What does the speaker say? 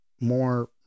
more